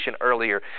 earlier